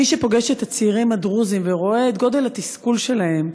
מי שפוגש את הצעירים הדרוזים ורואה את גודל התסכול שלהם,